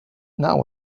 not